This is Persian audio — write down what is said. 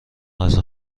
غذا